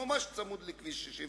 ממש צמוד לכביש 65,